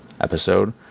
episode